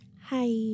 Hi